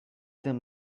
them